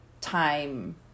time